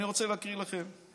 אני רוצה להקריא לכם.